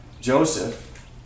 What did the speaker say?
Joseph